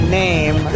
name